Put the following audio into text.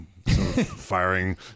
Firing